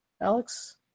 Alex